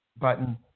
button